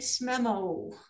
memo